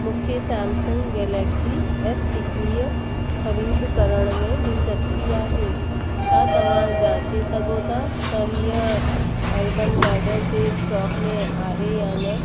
मूंखे Samsung Galaxy S एकवीह ख़रीद करण में दिलचस्पी आहे छा तव्हां जाचे सघो था त हीअ अर्बनलैडर ते स्टॉक में आहे या न